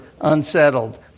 unsettled